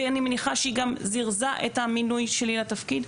ואני מניחה שהיא גם זירזה את המינוי שלי לתפקיד,